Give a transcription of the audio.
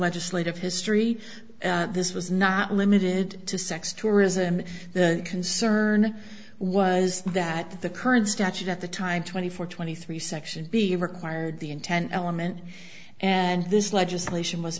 legislative history this was not limited to sex tourism the concern was that the current statute at the time twenty four twenty three section b required the intent element and this legislation was